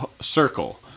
circle